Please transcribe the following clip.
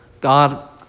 God